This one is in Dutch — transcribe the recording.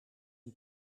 een